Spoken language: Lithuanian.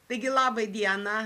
taigi laba diena